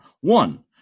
one